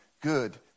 good